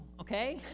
Okay